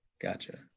Gotcha